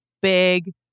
big